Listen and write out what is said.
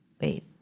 Wait